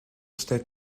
state